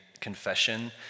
confession